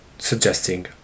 suggesting